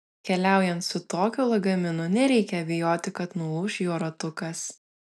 keliaujant su tokiu lagaminu nereikia bijoti kad nulūš jo ratukas